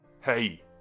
Hey